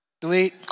Delete